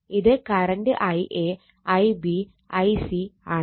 ഇത് current Ia Ib Ic ആണ്